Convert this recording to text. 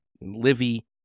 Livy